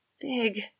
big